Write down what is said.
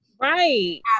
Right